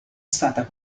stata